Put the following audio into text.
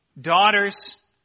daughters